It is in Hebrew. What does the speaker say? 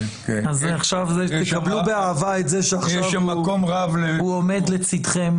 אז קבלו באהבה את זה שעכשיו הוא עומד לצדכם.